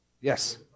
Yes